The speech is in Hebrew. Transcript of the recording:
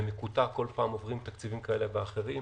במקוטע, כל פעם עוברים תקציבים כאלה ואחרים.